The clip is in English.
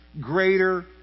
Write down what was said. greater